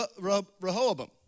Rehoboam